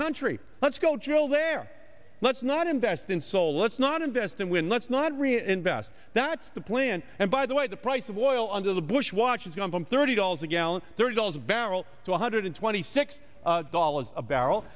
country let's go drill there let's not invest in solar it's not investing when let's not reinvest that's the plan and by the way the price of oil under the bush watch has gone from thirty dollars a gallon thirty dollars a barrel to one hundred twenty six dollars a barrel